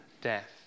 death